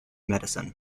medicine